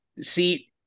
See